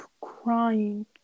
crying